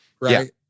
right